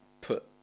put